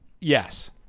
yes